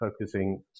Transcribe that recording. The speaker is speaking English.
focusing